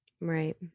Right